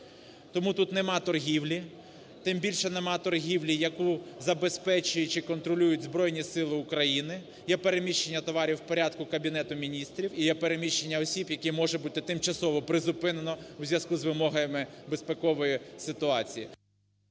…тому тут немає торгівлі, тим більше немає торгівлі, яку забезпечують чи контролюють Збройні Сили України. Є переміщення товарів в порядку Кабінету Міністрів і є переміщення осіб, яке може бути тимчасово призупинено у зв'язку з вимогами безпекової ситуації.